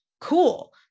Cool